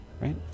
right